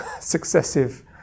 successive